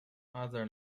other